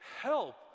help